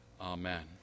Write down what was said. Amen